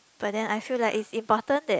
but then I feel like it's important that